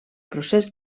procés